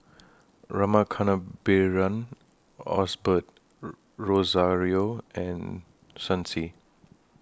Rama Kannabiran Osbert Rozario and Shen Xi